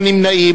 מי נמנע?